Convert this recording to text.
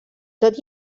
tot